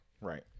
right